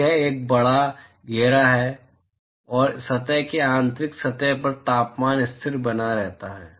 तो यह एक बड़ा घेरा है और सतह की आंतरिक सतह का तापमान स्थिर बना रहता है